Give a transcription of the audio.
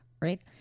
right